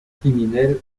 criminels